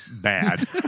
bad